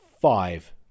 five